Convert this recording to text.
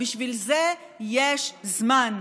בשביל זה יש זמן.